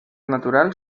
natural